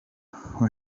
who